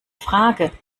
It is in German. frage